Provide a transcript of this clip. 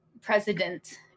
president